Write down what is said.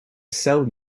sell